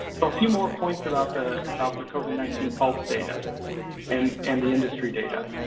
so a few more points about the about the covid nineteen pulse data and and the industry data.